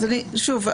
שוב,